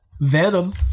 venom